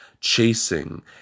chasing